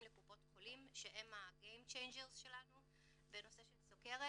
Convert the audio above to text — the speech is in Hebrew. לקופות החולים משנות המשחק שלנו בנושא של סכרת,